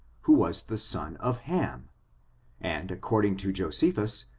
who was the son of ham and, according to josephus,